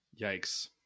Yikes